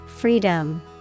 Freedom